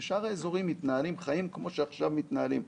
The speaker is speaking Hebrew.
ובשאר האזורים מתנהלים חיים כמו שעכשיו מתנהלים,